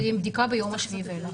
זה מקצר עם בדיקה ביום השביעי ואילך.